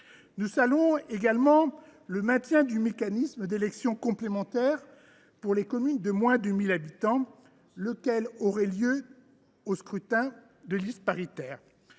Nous saluons également le maintien du mécanisme d’élections complémentaires pour les communes de moins de 1 000 habitants, lesquelles auraient lieu au scrutin de liste paritaire.